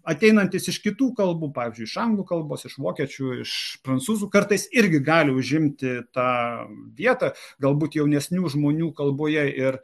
ateinantys iš kitų kalbų pavyzdžiui iš anglų kalbos iš vokiečių iš prancūzų kartais irgi gali užimti tą vietą galbūt jaunesnių žmonių kalboje ir